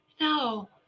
No